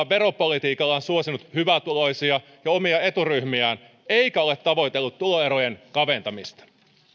veropolitiikallaan suosinut hyvätuloisia ja omia eturyhmiään eikä ole tavoitellut tuloerojen kaventamista